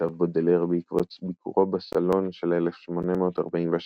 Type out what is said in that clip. כתב בודלר בעקבות ביקורו ב"סלון" של שנת 1846,